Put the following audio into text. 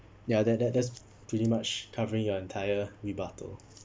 ya that that that's pretty much covering your entire rebuttal